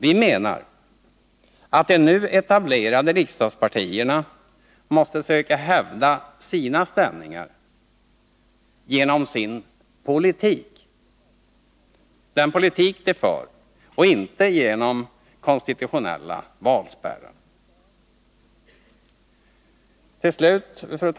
Vi menar att de nu etablerade riksdagspartierna måste söka hävda sina ställningar genom den politik de för och inte genom konstitutionella valspärrar.